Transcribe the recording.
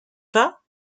pas